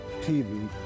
TV